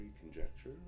Conjecture